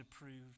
approved